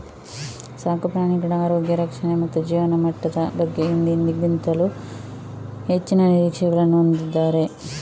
ಸಾಕು ಪ್ರಾಣಿಗಳ ಆರೋಗ್ಯ ರಕ್ಷಣೆ ಮತ್ತು ಜೀವನಮಟ್ಟದ ಬಗ್ಗೆ ಹಿಂದೆಂದಿಗಿಂತಲೂ ಹೆಚ್ಚಿನ ನಿರೀಕ್ಷೆಗಳನ್ನು ಹೊಂದಿದ್ದಾರೆ